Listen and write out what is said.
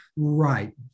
right